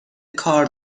کار